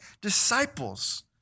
disciples